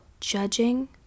judging